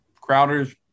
Crowder's